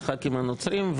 לחה"כים הנוצרים,